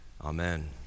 Amen